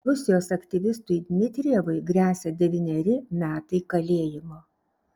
rusijos aktyvistui dmitrijevui gresia devyneri metai kalėjimo